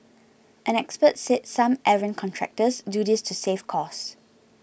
an expert said some errant contractors do this to save costs